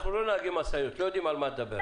אנחנו לא נהגי משאיות, לא יודעים על מה את מדברת.